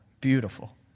Beautiful